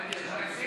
הוא מפריע.